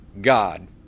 God